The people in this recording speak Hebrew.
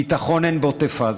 ביטחון אין בעוטף עזה.